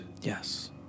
Yes